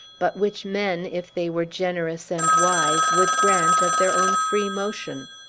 but which men, if they were generous and wise, would grant of their own free motion.